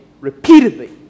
Repeatedly